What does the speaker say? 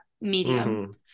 medium